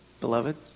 beloved